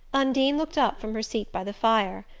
undine looked up from her seat by the fire.